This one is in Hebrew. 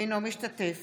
אינו משתתף